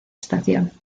estación